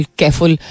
careful